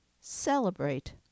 Celebrate